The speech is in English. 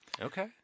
Okay